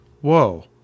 Whoa